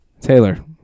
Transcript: Taylor